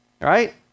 right